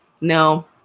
no